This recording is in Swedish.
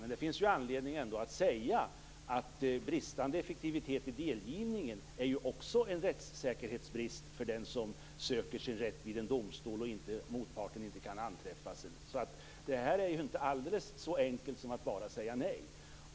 Men det finns ändå anledning att säga att bristande effektivitet i delgivningen också är en rättssäkerhetsbrist om någon söker sin rätt vid en domstol och motparten inte kan anträffas. Det här är inte alldeles så enkelt som att bara säga nej.